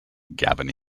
gavin